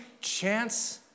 chance